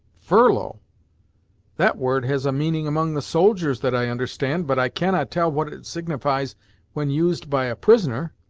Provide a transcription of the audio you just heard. furlough that word has a meaning among the soldiers that i understand but i cannot tell what it signifies when used by a prisoner.